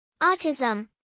Autism